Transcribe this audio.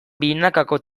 binakako